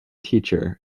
teacher